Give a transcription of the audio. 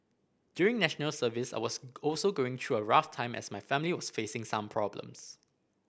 during National Service I was also going through a rough time as my family was facing some problems